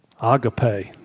agape